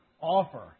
offer